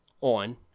on